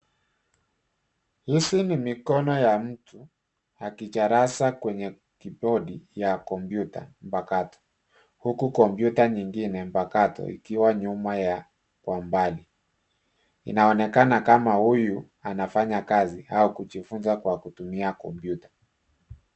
Hizi ni mikono ya mtu akicharaza kwenye kibodi ya kompyuta mpakato huku kompyuta nyingine mpakato ikiwa nyuma kwa mbali. Inaonekana kama huyu anafanya kazi au kujifunza kwa kutumia kompyuta.